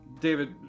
David